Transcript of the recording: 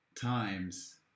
times